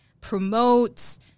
promotes